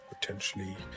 potentially